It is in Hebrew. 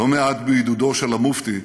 לא מעט בעידודו של המופתי חאג'